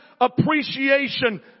appreciation